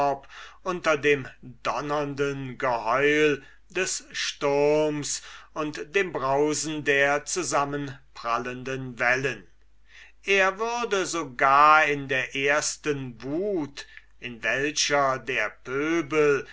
unter dem donnernden geheul des sturms und dem brausen der zusammenprallenden wellen er würde sogar in der ersten wut in welche der pöbel